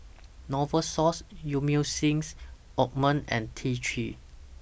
Novosource Emulsying Ointment and T three